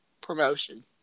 promotion